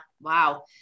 wow